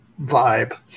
vibe